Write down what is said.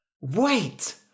wait